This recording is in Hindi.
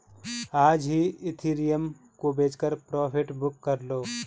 आज ही इथिरियम को बेचकर प्रॉफिट बुक कर लो